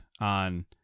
on